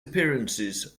appearances